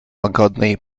łagodnej